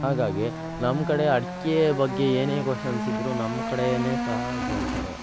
ಹಾಗಾಗಿ ನಮ್ಮ ಕಡೆ ಅಡಿಕೆಯ ಬಗ್ಗೆ ಏನೇ ಕೊಷನ್ಸ್ ಇದ್ದರು ನಮ್ಮ ಕಡೆಯೇ ಸಹ ಕೇಳ್ತಾರೆ